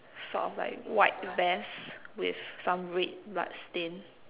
sort of like white vest with some red blood stain